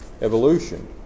evolution